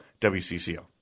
WCCO